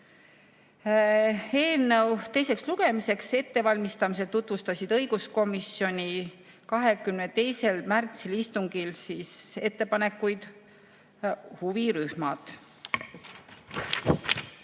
Eelnõu teiseks lugemiseks ettevalmistamisel tutvustasid õiguskomisjoni 22. märtsil istungil oma ettepanekuid huvirühmad.